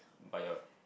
but your